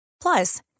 Plus